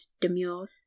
demure